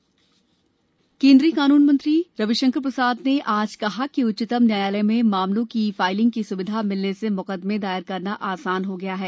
ई filing Prasad केंद्रीय कानून मंत्री रविशंकर प्रसाद ने आज कहा कि उच्चतम न्यायालय में मामलों की ई फाइलिंग की सुविधा मिलने से मुकदमे दायर करना आसान हो गया है